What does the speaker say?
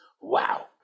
Wow